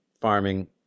farming